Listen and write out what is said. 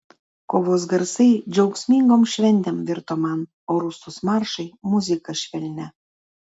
kovos garsai džiaugsmingom šventėm virto man o rūstūs maršai muzika švelnia